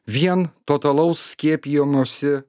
vien totalaus skiepijomosi